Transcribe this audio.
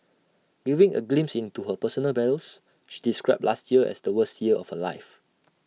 giving A glimpse into her personal battles she described last year as the worst year of her life